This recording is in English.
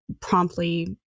promptly